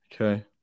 Okay